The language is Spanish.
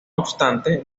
obstante